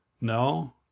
No